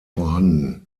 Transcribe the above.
vorhanden